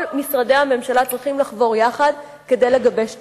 כל משרדי הממשלה צריכים לחבור יחד כדי לגבש תוכנית.